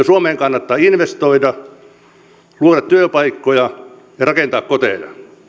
suomeen kannattaa investoida luoda työpaikkoja ja rakentaa koteja